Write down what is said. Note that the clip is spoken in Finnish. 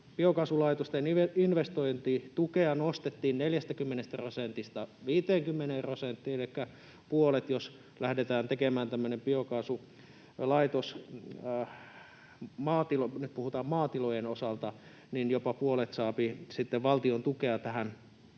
biokaasulaitosten investointitukea nostettiin 40 prosentista 50 prosenttiin elikkä puolet. Jos lähdetään tekemään tämmöinen biokaasulaitos — puhutaan maatilojen osalta — niin jopa puolet saapi sitten valtion tukea tähän